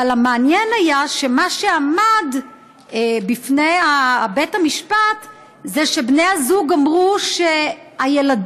אבל המעניין היה שמה שעמד בפני בית המשפט הוא שבני הזוג אמרו שהילדים,